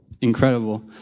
incredible